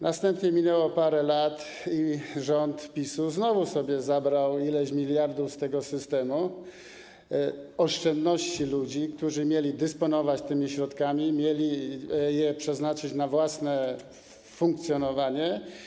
Następnie minęło parę lat i rząd PiS-u znowu sobie zabrał ileś miliardów z tego systemu, oszczędności ludzi, którzy mieli dysponować tymi środkami, mieli je przeznaczyć na własne funkcjonowanie.